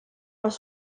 dans